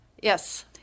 Yes